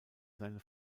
seine